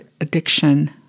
addiction